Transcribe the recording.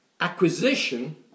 acquisition